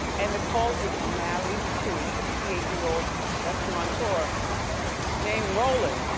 and nicole is married to a sixty eight year old restaurateur named rolland.